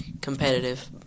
competitive